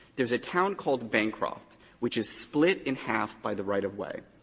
there's a town called bancroft, which is split in half by the right-of-way.